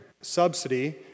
subsidy